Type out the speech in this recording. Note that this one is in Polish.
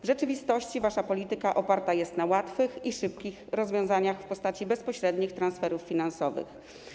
W rzeczywistości wasza polityka oparta jest na łatwych i szybkich rozwiązaniach w postaci bezpośrednich transferów finansowych.